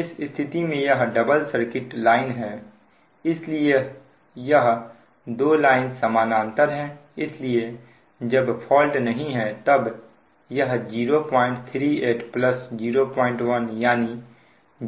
इस स्थिति में यह डबल सर्किट लाइन है इसलिए यह दो लाइन समानांतर है इसलिए जब फॉल्ट नहीं है तब यह 038 01 यानी